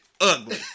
ugly